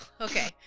Okay